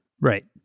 Right